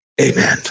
amen